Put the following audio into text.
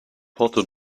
porto